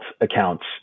accounts